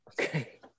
Okay